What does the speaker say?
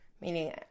Meaning